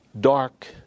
dark